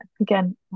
again